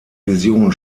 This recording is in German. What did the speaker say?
vision